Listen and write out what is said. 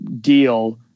deal